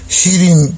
heating